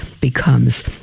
becomes